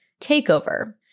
takeover